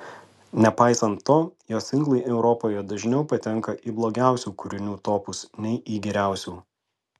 nepaisant to jo singlai europoje dažniau patenka į blogiausių kūrinių topus nei į geriausių